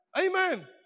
Amen